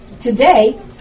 Today